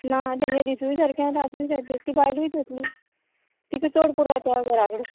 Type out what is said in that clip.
ना तेंगे दिसूय सारकें आनी रातूय सारकी ती बायलूय तसली तिका चड पुरो जाता घरा कडेन